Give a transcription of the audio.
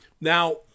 now